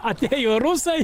atėjo rusai